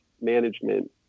management